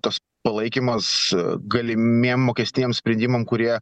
tas palaikymas galimiem mokestiniam sprendimam kurie